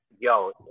yo